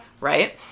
right